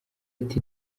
ati